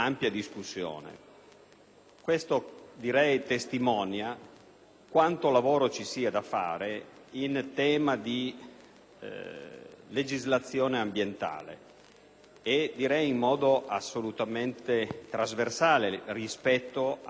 avviso, testimonia quanto lavoro ci sia da fare in tema di legislazione ambientale, in modo assolutamente trasversale, rispetto alle tante situazioni